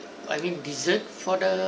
I mean dessert for the